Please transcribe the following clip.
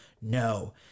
No